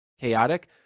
chaotic